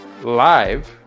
live